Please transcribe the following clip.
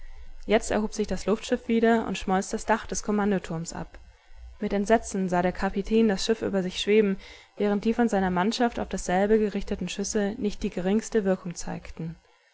jetzt erhob sich das luftschiff wieder und schmolz das dach des kommandoturms ab mit entsetzen sah der kapitän das schiff über sich schweben während die von seiner mannschaft auf dasselbe gerichteten schüsse nicht die geringste wirkung zeigten